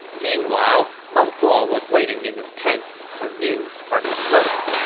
meanwhile, meng huo was waiting in his tent for news from his brother.